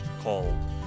called